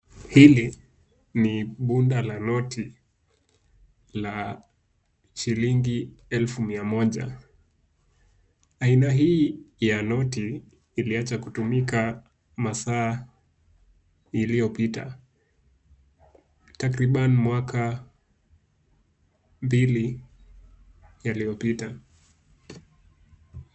Hili ni bunda la noti la shilingi elfu mia moja, aina hii ya noti iliacha kutumika masaa iliyopita, takriban mwaka mbili yaliyopita.